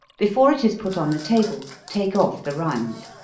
before it is put on the table, take off the rind.